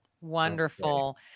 Wonderful